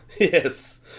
Yes